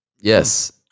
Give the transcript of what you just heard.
yes